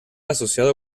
asociado